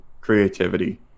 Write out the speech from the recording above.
creativity